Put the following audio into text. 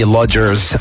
Lodgers